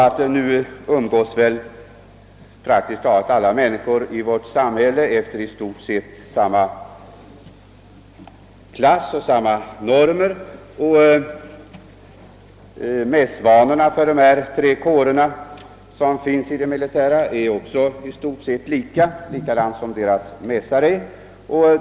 Numera umgås praktiskt taget alla människor i vårt samhälle efter i stort sett samma normer, och mässvanorna för de tre kårerna inom det militära är också i stort sett lika, liksom deras mässar.